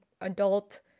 adult